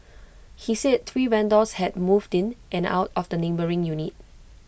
he said three vendors had moved in and out of the neighbouring unit